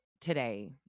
today